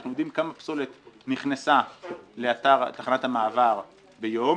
אנחנו יודעים כמה פסולת נכנסה לאתר תחנת המעבר ביום